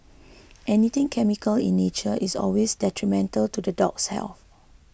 anything chemical in nature is always detrimental to the dog's health